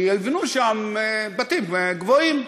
כי יבנו שם בתים גבוהים.